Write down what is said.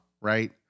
right